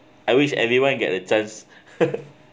I wish everyone get a chance